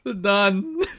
Done